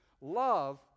love